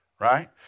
Right